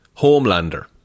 Homelander